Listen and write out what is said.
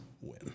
win